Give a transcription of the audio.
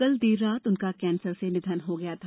कल देर रात उनका कैंसर से निधन हो गया था